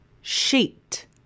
sheet